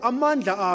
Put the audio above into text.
Amanda